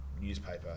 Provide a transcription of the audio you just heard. newspaper